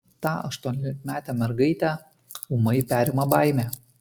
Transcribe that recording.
tą aštuoniolikametę mergaitę ūmai perima baimė